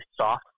soft